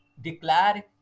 declare